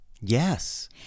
Yes